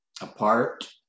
apart